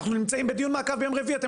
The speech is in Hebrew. אנחנו נמצאים בדיון מעקב ביום רביעי אתם